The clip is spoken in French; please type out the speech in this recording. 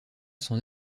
son